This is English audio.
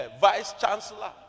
vice-chancellor